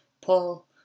Paul